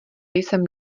jsem